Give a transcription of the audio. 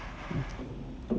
okay